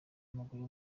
w’amaguru